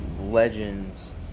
legends